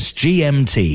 gmt